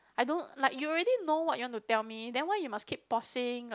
I don't like you already know what you want to tell me then why you must keep pausing like